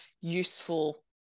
useful